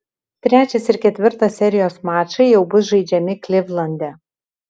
trečias ir ketvirtas serijos mačai jau bus žaidžiami klivlande